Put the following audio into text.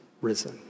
risen